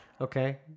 Okay